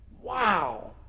Wow